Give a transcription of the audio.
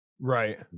right